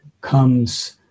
comes